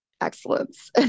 excellence